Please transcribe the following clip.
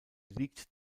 liegt